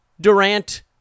Durant